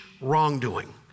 wrongdoing